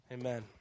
Amen